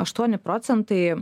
aštuoni procentai